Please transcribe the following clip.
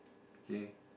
okay